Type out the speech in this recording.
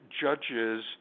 judges